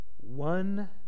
One